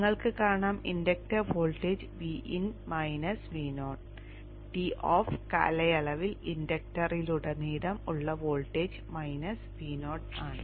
നിങ്ങൾക്ക് കാണാം inductor voltage Vin Vo Toff കാലയളവിൽ ഇൻഡക്ടറിലുടനീളം ഉള്ള വോൾട്ടേജ് Vo ആണ്